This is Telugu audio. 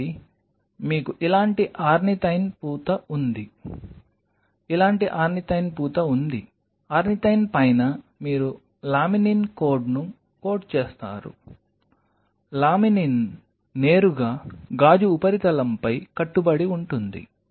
కాబట్టి మీకు ఇలాంటి ఆర్నిథైన్ పూత ఉంది ఇలాంటి ఆర్నిథైన్ పూత ఉంది ఆర్నిథైన్ పైన మీరు లామినిన్ కోడ్ను కోడ్ చేస్తారు లామినిన్ నేరుగా గాజు ఉపరితలంపై కట్టుబడి ఉంటుంది